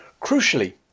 Crucially